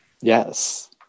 Yes